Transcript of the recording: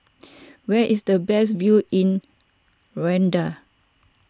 where is the best view in Rwanda